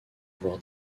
avoir